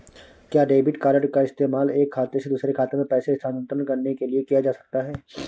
क्या debit card का इस्तेमाल एक खाते से दूसरे खाते में पैसे स्थानांतरण करने के लिए किया जा सकता है?